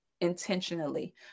intentionally